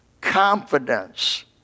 confidence